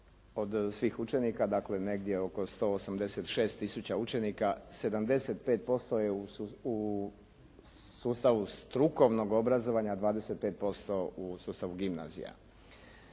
od svih učenika, dakle negdje oko 186 tisuća učenika, 75% je u sustavu strukovnog obrazovanja, 25% u sustavu gimnazija.